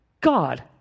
God